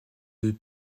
deux